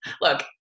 look